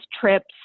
trips